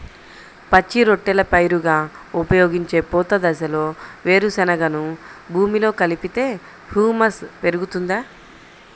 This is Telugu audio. పచ్చి రొట్టెల పైరుగా ఉపయోగించే పూత దశలో వేరుశెనగను భూమిలో కలిపితే హ్యూమస్ పెరుగుతుందా?